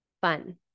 fun